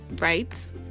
right